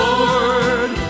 Lord